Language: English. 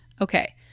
Okay